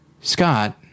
Scott